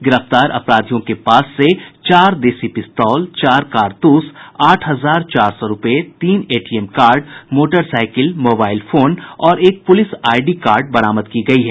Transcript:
गिरफ्तार अपराधियों के पास से चार देसी पिस्तौल चार कारतूस आठ हजार चार सौ रूपये तीन एटीएमकार्ड मोटरसाइकिल मोबाइल फोन और एक पुलिस आईडी कार्ड बरामद की गई है